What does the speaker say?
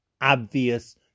obvious